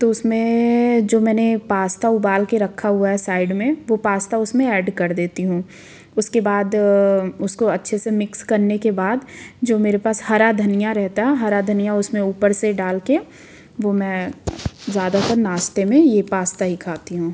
तो उसमे जो मैंने पास्ता उबाल के रखा हुआ है साइड में वो पास्ता उसमें ऐड कर देती हूँ उसके बाद उसको अच्छे से मिक्स करने के बाद जो मेरे पास हरा धनिया रहता हरा धनिया उसमें ऊपर से डाल के वो मैं ज़्यादातर नाश्ते मैं ये पास्ता ही खाती हूँ